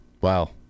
Wow